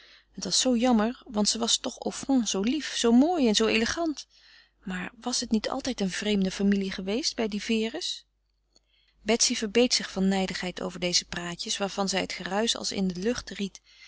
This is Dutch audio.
het was zoo jammer want ze was toch au fond zoo lief zoo mooi en zoo elegant maar was het niet altijd een vreemde familie geweest bij die vere's betsy verbeet zich van nijdigheid over deze praatjes waarvan zij het geruisch als in de lucht ried